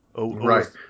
Right